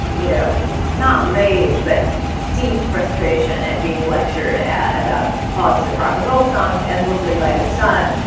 you know not rage, but deep frustration at being lectured at about pauses in rock and roll songs endlessly by his son,